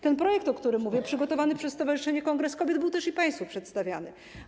Ten projekt, o którym mówię, przygotowany przez stowarzyszenie Kongres Kobiet, był też państwu przedstawiany.